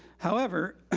however,